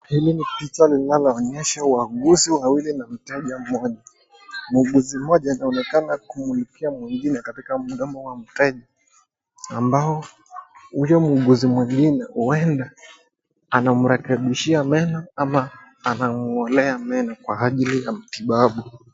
Hili ni picha linaloonyesha wauguzi wawili na mtaji mmoja. Muuguzi mmoja anaonekana kumulikia mwingine katika mdomo wa mteja ambao huyo muuguzi mwingine huenda anamrekebishia meno ama anamuolea meno kwa ajili ya mtibabu.